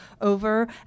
over